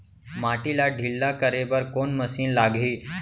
माटी ला ढिल्ला करे बर कोन मशीन लागही?